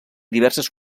diverses